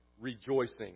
Rejoicing